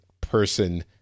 person